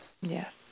Yes